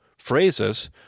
phrases